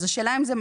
אז השאלה אם זה,